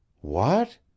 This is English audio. What